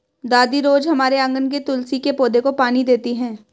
दादी रोज हमारे आँगन के तुलसी के पौधे को पानी देती हैं